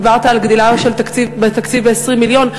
דיברת על הגדלה בתקציב ב-20 מיליון,